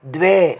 द्वे